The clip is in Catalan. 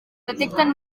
detecten